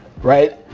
right?